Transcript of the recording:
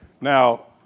Now